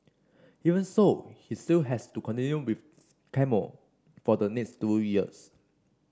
even so he still has to continue with chemo for the next two years